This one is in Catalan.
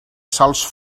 sals